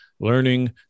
Learning